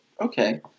okay